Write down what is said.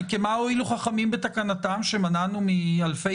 כי מה הועילו חכמים בתקנתם שמנענו מאלפי